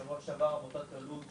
בשבוע שעבר עמותת עלות,